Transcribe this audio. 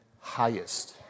highest